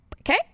okay